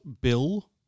Bill